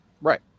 Right